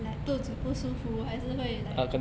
like 肚子不舒服还是会 like